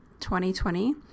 2020